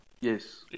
Yes